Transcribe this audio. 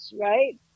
right